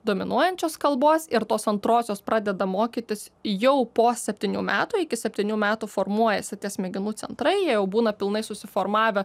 dominuojančios kalbos ir tos antrosios pradeda mokytis jau po septynių metų iki septynių metų formuojasi tie smegenų centrai jie jau būna pilnai susiformavę